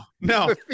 no